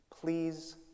please